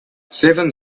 seven